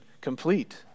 complete